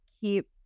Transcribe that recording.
keep